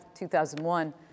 2001